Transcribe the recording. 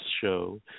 show